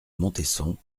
montesson